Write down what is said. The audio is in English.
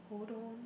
hold on